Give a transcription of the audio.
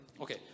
Okay